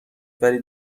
ولی